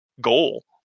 goal